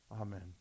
Amen